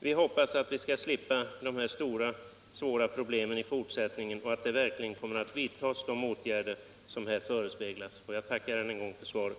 Vi hoppas att vi i fortsättningen skall slippa dessa svåra problem och översvämningar i Om blyfri bensin att de åtgärder som har förespeglats oss verkligen kommer att vidtas. Jag tackar ännu en gång för svaret.